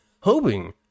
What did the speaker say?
hoping